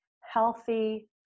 healthy